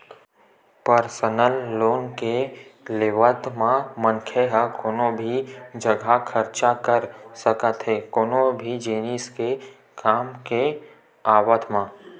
personal loan के लेवब म मनखे ह कोनो भी जघा खरचा कर सकत हे कोनो भी जिनिस के काम के आवब म